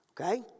okay